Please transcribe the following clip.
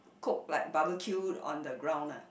cook like barbeque on the ground ah